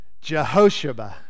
Jehoshaphat